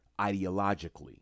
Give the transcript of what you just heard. ideologically